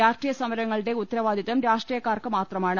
രാഷ്ട്രീയ സമരങ്ങ ളുടെ ഉത്തരവാദിത്തം രാഷ്ട്രീയക്കാർക്ക് മാത്രമാണ്